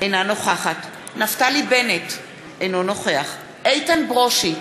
אינה נוכחת נפתלי בנט, אינו נוכח איתן ברושי,